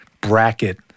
bracket